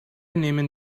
nehmen